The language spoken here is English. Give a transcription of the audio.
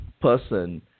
person